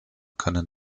können